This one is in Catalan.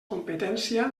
competència